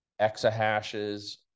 exahashes